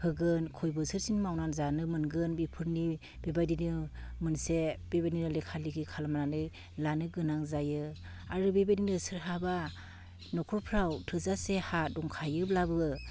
होगोन खय बोसोरसिम मावनानै जानो मोनगोन बेफोरनि बेबायदिनो मोनसे बेबायदिनो लेखा लिखि खालामनानै लानो गोनां जायो आरो बेबायदिनो सोरहाबा न'खरफ्राव थोजासे हा दंखायोब्लाबो